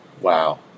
Wow